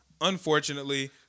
Unfortunately